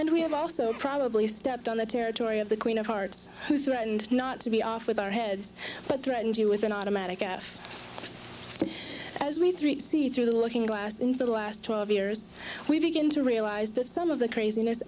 and we have also probably stepped on the territory of the queen of hearts who threatened not to be off with our heads but threatened you with an automatic f as we three through the looking glass in the last twelve years we begin to realize that some of the craziness